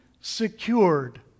secured